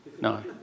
No